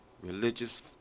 Religious